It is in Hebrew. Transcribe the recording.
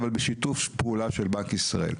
אבל בשיתוף פעולה של בנק ישראל.